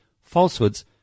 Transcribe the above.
falsehoods